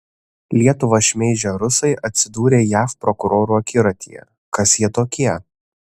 lietuvą šmeižę rusai atsidūrė jav prokurorų akiratyje kas jie tokie